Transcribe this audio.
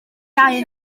iau